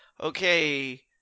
Okay